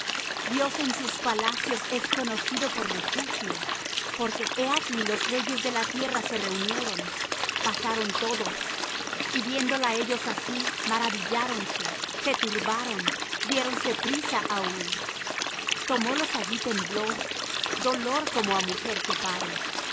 dios en sus palacios es conocido por refugio porque he aquí los reyes de la tierra se reunieron pasaron todos y viéndola ellos así maravilláronse se turbaron diéronse priesa á huir tomólos allí temblor dolor como á mujer que pare